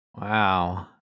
Wow